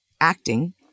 acting